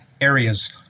areas